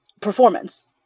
performance